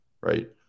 right